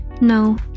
No